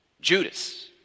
Judas